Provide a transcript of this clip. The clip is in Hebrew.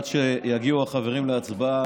עד שיגיעו החברים להצבעה,